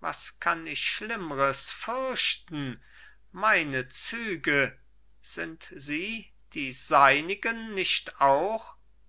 was kann ich schlimmres fürchten meine züge sie sind die seinigen nicht auch